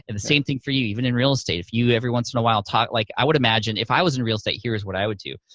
and the same thing for you, even in real estate, if you every once in a while talk, like i would imagine if i was in real estate, here is what i would do.